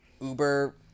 uber